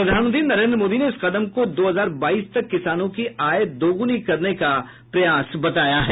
प्रधानमंत्री नरेन्द्र मोदी ने इस कदम को दो हजार बाईस तक किसानों की आय दोगुनी करने का प्रयास बताया है